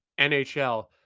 NHL